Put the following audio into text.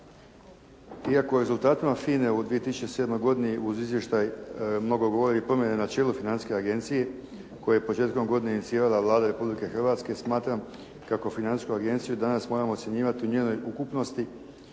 Iako u rezultatima FINA-e u 2007. godini uz izvještaj mnogo govori i promjena na čelu Financijske agencije koja je početkom godine inicirala Vlada Republike Hrvatske smatram kako Financijsku agenciju danas moramo ocjenjivati u njenoj ukupnosti,